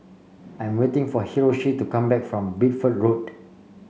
I'm waiting for Hiroshi to come back from Bideford Road